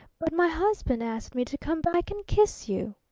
but my husband asked me to come back and kiss you!